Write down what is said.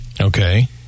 Okay